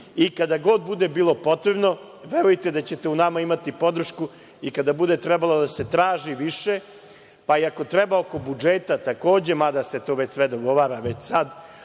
i kada god bude bilo potrebno, verujte da ćete u nama imati podršku, i kada bude trebalo da se traži više, pa i ako treba oko budžeta, takođe, mada se to sve dogovara već sad,